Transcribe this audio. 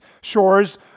shores